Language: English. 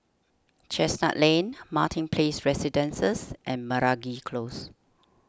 Chestnut Lane Martin Place Residences and Meragi Close